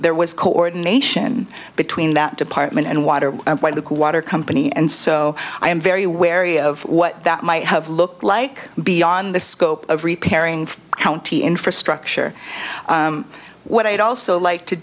there was coordination between that department and water by the water company and so i am very wary of what that might have looked like beyond the scope of repairing county infrastructure what i'd also like to